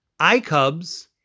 iCubs